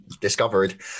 discovered